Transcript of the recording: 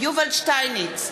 יובל שטייניץ,